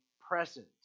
present